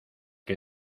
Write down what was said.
que